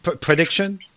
Prediction